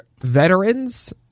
veterans